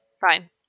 Fine